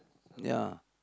ya